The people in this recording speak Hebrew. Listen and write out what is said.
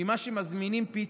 ממה שמזמינים פיצה,